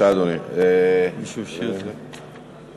מישהו השאיר את זה.